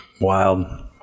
Wild